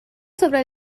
sobre